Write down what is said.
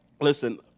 listen